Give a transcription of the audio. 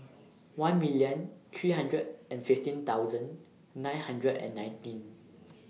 one million three hundred and fifteen thousand nine hundred and nineteen